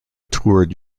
toured